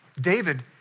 David